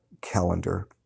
calendar